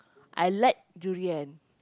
I like durian